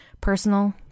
personal